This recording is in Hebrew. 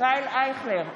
ישראל אייכלר,